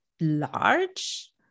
large